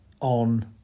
on